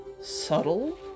subtle